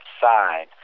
side